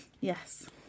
Yes